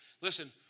listen